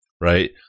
right